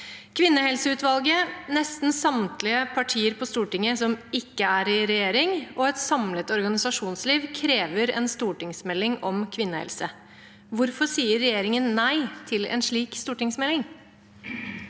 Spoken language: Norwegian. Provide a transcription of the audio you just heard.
Kvinnehelseutvalget, nesten samtlige partier på Stortinget som ikke er i regjering, og et samlet organisasjonsliv krever en stortingsmelding om kvinnehelse. Hvorfor sier regjeringen nei til en slik stortingsmelding?»